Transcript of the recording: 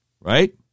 Right